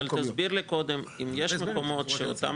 אבל תסביר לי קודם אם יש מקומות שאותם